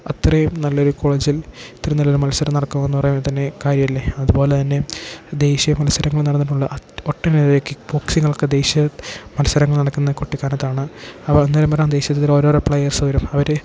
അത്രയും നല്ലൊരു കോളേജിൽ ഇത്ര നല്ലൊരു മത്സരം നടക്കുക എന്ന് പറയുമ്പം തന്നെ കാര്യമല്ലേ അതുപോലെ തന്നെ ദേശീയ മത്സരങ്ങൾ നടന്നിട്ടുണ്ട് അ ഒട്ടനവധി കിക് ബോക്സിങ്ങ്കളൊക്കെ ദേശീയ മത്സരങ്ങൾ നടക്കുന്ന കൊട്ടിക്കാരത്താണ് അവ അന്നേരം പറയാം ദേശീയ തലത്തിൽ ഓരോരോ പ്ലെയേസ് വരും അവർ